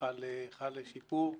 חל שיפור.